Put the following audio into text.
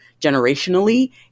generationally